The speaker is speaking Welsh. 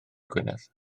gwynedd